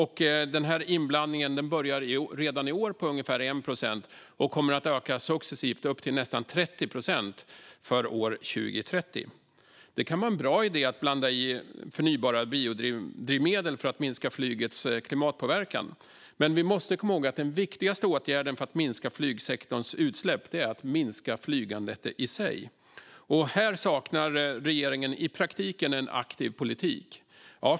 Kravet på inblandning börjar redan i år på ungefär 1 procent och kommer att öka successivt upp till nästan 30 procent för 2030. Det kan vara en bra idé att blanda in förnybara drivmedel för att minska flygets klimatpåverkan. Men vi måste komma ihåg att den viktigaste åtgärden för att minska flygsektorns utsläpp är att minska flygandet i sig. Här saknar regeringen i praktiken en aktiv politik.